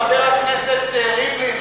חבר הכנסת ריבלין,